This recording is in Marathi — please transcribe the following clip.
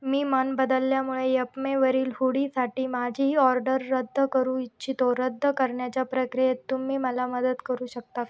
मी मन बदलल्यामुळे यपमेवरील हूडीसाठी माझीही ऑर्डर रद्द करू इच्छितो रद्द करण्याच्या प्रक्रियेत तुम्ही मला मदत करू शकता